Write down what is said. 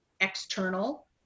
external